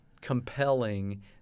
compelling